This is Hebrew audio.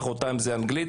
מחרתיים זה אנגלית,